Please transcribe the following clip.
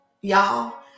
y'all